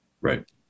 right